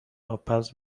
آبپز